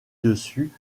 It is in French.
dessus